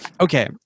okay